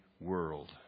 world